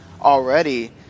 already